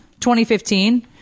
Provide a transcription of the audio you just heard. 2015